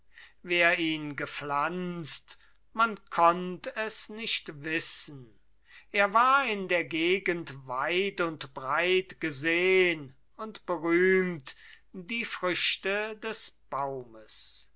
wer ihn gepflanzt man konnt es nicht wissen er war in der gegend weit und breit gesehn und berühmt die früchte des baumes